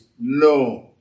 no